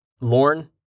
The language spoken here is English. Lorne